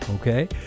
okay